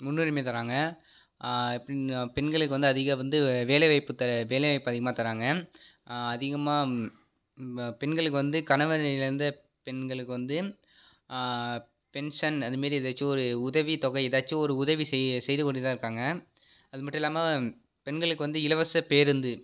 முன்னுரிமை தராங்க பெண்களுக்கு வந்து அதிக வந்து வேலைவாய்ப்பு த வேலைவாய்ப்பு அதிகமாக தராங்க அதிகமாக பெண்களுக்கு வந்து கணவர் இழந்த பெண்களுக்கு வந்து பென்ஷன் அதுமாரி ஏதாச்சும் ஒரு உதவிதொகை ஏதாச்சும் ஒரு உதவி செய் செய்து கொண்டு தான் இருக்காங்க அதுமட்டும் இல்லாமல் பெண்களுக்கு வந்து இலவச பேருந்து